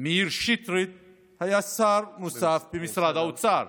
מאיר שטרית היה שר נוסף במשרד האוצר.